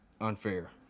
unfair